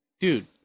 dude